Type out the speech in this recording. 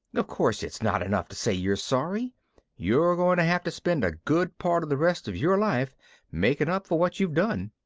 of course it's not enough to say you're sorry you're going to have to spend a good part of the rest of your life making up for what you've done.